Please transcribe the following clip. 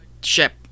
ship